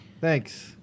Thanks